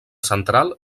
central